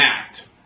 act